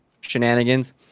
shenanigans